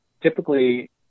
typically